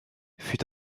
fut